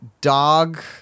dog